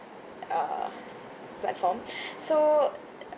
uh platform so